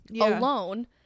alone